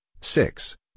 six